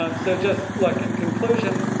um so just, look, in conclusion,